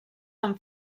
amb